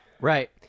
Right